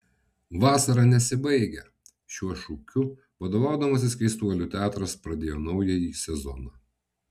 vasara nesibaigia šiuo šūkiu vadovaudamasis keistuolių teatras pradėjo naująjį sezoną